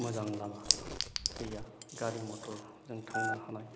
मोजां लामा गैया गारि मथर जों थांनो हानाय